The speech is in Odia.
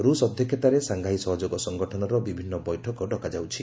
ରୁଷ୍ ଅଧ୍ୟକ୍ଷତାରେ ସାଂଘାଇ ସହଯୋଗ ସଂଗଠନର ବିଭିନ୍ନ ବୈଠକ ଡକାଯାଉଛି